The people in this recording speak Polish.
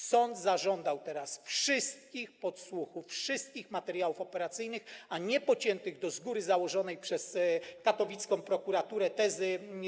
Sąd zażądał teraz wszystkich podsłuchów, wszystkich materiałów operacyjnych, a nie materiałów przyciętych do z góry założonej przez katowicką prokuraturę tezy.